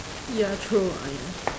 ya true ah ya